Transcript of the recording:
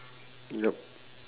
yup